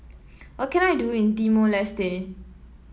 what can I do in Timor Leste